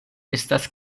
estas